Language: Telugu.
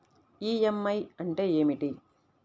ఈ.ఎం.ఐ అంటే ఏమిటి?